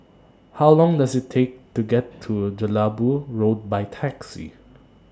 How Long Does IT Take to get to Jelebu Road By Taxi